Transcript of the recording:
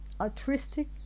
Altruistic